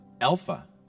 Alpha